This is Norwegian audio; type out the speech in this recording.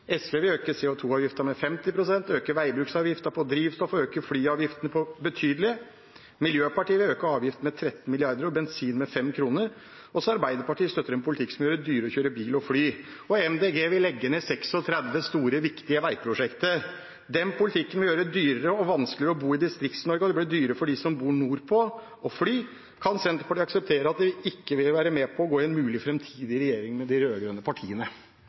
SV vil øke CO 2 -avgiften med 50 pst., øke veibruksavgiften på drivstoff og øke flyavgiften betydelig. Miljøpartiet De Grønne vil øke avgiftene med 13 mrd. kr og bensinavgiften med 5 kr literen. Og Arbeiderpartiet støtter en politikk som gjør det dyrere å kjøre bil og å fly. MDG vil legge ned 36 store og viktige veiprosjekter. Den politikken vil gjøre det dyrere og vanskeligere å bo i Distrikts-Norge, og det blir dyrere for dem som bor nordpå å fly. Kan Senterpartiet akseptere at de ikke vil være med på å gå i en mulig framtidig regjering med de rød-grønne partiene?